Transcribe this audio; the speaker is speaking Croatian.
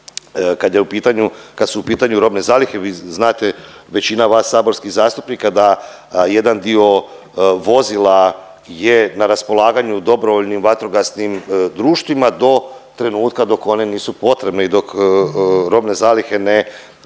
kad su u pitanju robne zalihe. Vi znate, većina vas saborskih zastupnika da jedan dio vozila je na raspolaganju dobrovoljnim vatrogasnim društvima do trenutka dok oni nisu potrebni, dok robne zalihe ne pokažu